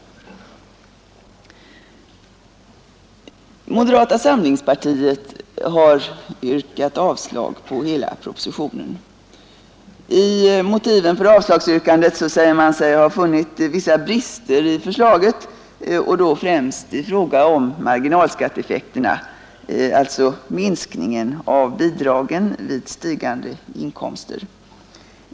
Moderata samlingspartiet har yrkat avslag på hela propositionen. I motiven för avslagsyrkandet säger man sig ha funnit vissa brister i förslaget, främst i fråga om marginalskatteeffekterna, alltså minskningen av bidragen vid stigande inkomster.